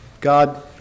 God